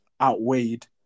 outweighed